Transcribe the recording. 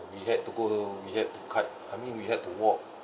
we had to go we had to cut I mean we had to walk